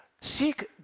seek